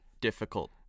difficult